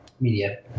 media